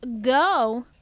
go